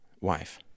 wife